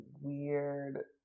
weird